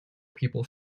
people